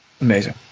Amazing